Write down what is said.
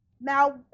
now